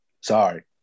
Sorry